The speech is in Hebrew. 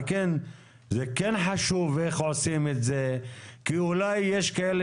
על כן זה חשוב איך עושים את זה כי אולי יש כאלה